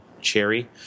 cherry